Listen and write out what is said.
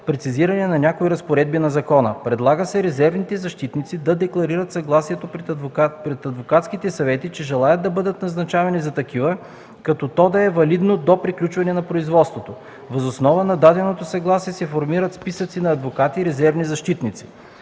прецизиране на някои разпоредби на закона. Предлага се „резервните защитници” да декларират съгласие пред адвокатските съвети, че желаят да бъдат назначавани за такива, като то да е валидно до приключване на производството. Въз основа на даденото съгласие се формират списъци на адвокати „резервни защитници”.